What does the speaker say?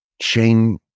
Shane